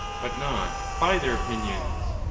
but not by their opinions.